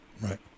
Right